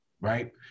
right